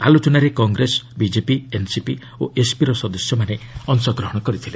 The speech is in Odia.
ଆଲୋଚନାରେ କଂଗ୍ରେସ ବିଜେପି ଏନ୍ସିପି ଓ ଏସ୍ପିର ସଦସ୍ୟମାନେ ଅଶଗ୍ରହଣ କରିଥିଲେ